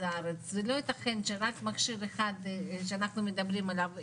הארץ לא יתכן שרק מכשיר אחד שאנחנו מדברים עליו,